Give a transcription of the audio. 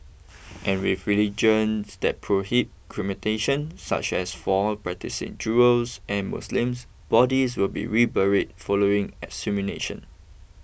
and with religions that prohibit cremation such as for practising Jews and Muslims bodies will be reburied following exhumation